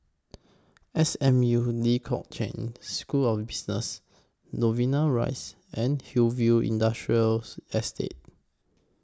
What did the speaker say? S M U Lee Kong Chian School of Business Novena Rise and Hillview Industrials Estate